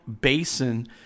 Basin